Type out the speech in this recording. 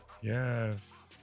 Yes